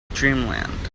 dreamland